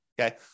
Okay